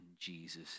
Jesus